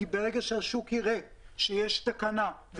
כי ברגע שהשוק יראה שיש תקנה,